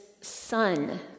son